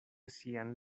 sian